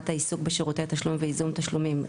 העיסוק בשירותי תשלום וייזום תשלומים,